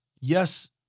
yes